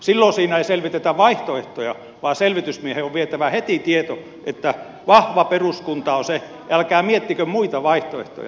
silloin siinä ei selvitetä vaihtoehtoja vaan selvitysmiehen on vietävä heti tieto että vahva peruskunta on se älkää miettikö muita vaihtoehtoja